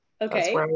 okay